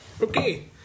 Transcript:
Okay